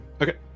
Okay